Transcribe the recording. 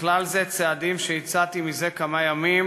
ובכלל זה צעדים שאני מציע זה כמה ימים,